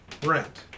Brent